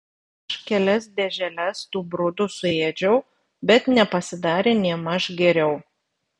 aš kelias dėželes tų brudų suėdžiau bet nepasidarė nėmaž geriau